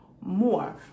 more